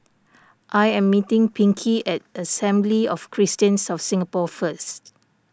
I am meeting Pinkey at Assembly of Christians of Singapore first